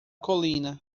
colina